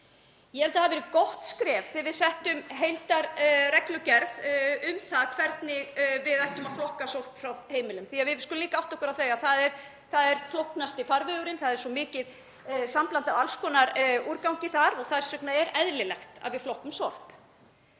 Ég held að það hafi verið gott skref þegar við settum heildarreglugerð um það hvernig við ættum að flokka sorp á heimilum því að við skulum líka átta okkur á því að það er flóknasti farvegurinn. Það er svo mikið sambland af alls konar úrgangi þar og þess vegna er eðlilegt að við flokkum sorp.